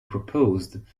proposed